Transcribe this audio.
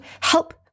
help